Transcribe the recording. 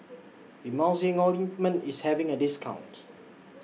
Emulsying Ointment IS having A discount